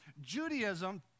Judaism